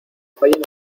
fallen